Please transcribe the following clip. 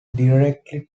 directly